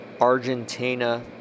Argentina